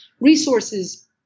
resources